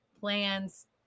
plans